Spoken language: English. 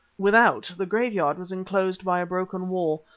without, the graveyard was enclosed by a broken wall,